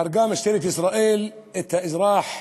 הרגה משטרת ישראל את האזרח